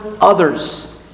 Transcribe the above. others